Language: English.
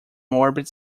morbid